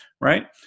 Right